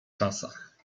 czasach